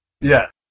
Yes